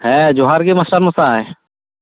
ᱦᱮᱸ ᱡᱚᱦᱟᱨ ᱜᱮ ᱢᱟᱥᱴᱟᱨ ᱢᱚᱥᱟᱭ